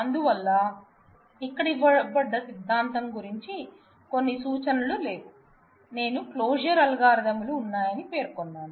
అందువల్ల ఇక్కడ ఇవ్వబడ్డ సిద్ధాంతం గురించి కొన్ని సూచనలు లేవు నేను క్లోజర్ అల్గోరిథంలు ఉన్నాయని పేర్కొన్నాను